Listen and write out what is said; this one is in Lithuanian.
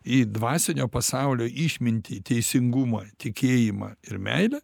į dvasinio pasaulio išmintį teisingumą tikėjimą ir meilę